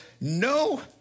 no